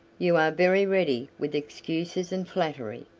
you are very ready with excuses and flattery,